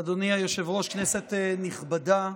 אדוני היושב-ראש, כנסת נכבדה,